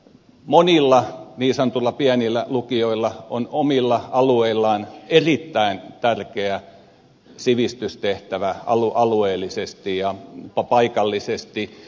monilla niin sanotuilla pienillä lukioilla on omilla alueillaan erittäin tärkeä sivistystehtävä alueellisesti ja paikallisesti